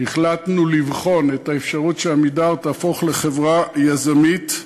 החלטנו לבחון את האפשרות ש"עמידר" תהפוך לחברה יזמית.